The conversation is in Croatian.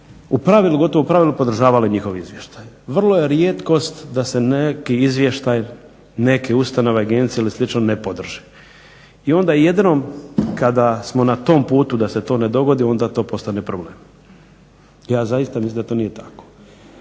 u pravilu, gotovo u pravilu podržavali njihov izvještaj. Vrlo je rijetkost da se neki izvještaj, neke ustanove, agencije ili slično ne podrže. I onda je jedino kada smo na tom putu da se to ne dogodi onda to postane problem. Ja zaista mislim da to nije tako.